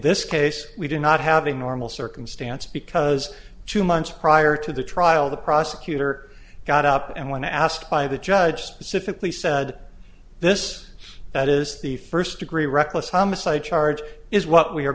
this case we do not have a normal circumstance because two months prior to the trial the prosecutor got up and when asked by the judge specifically said this that is the first degree reckless homicide charge is what we are